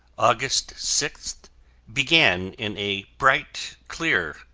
august sixth began in a bright, clear,